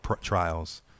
trials